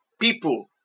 people